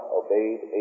obeyed